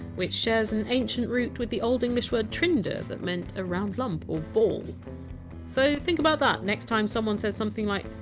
which shares an ancient root with the old english word! trinde! and that meant a round lump or ball so think about that next time someone says something like!